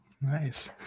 Nice